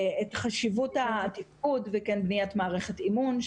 את חשיבות התפקוד ובניית מערכת אמון,